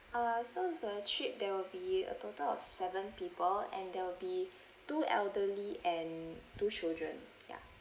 uh so the trip there will be a total of seven people and there will be two elderly and two children yeah